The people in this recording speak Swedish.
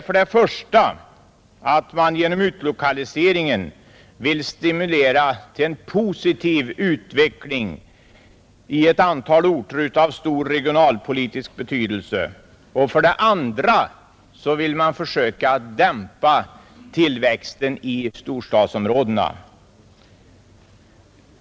För det första vill man genom utlokaliserigen stimulera en positiv utveckling i ett antal orter av stor regionalpolitisk betydelse. För det andra vill man försöka dämpa tillväxten i storstadsområdena.